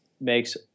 makes